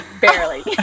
barely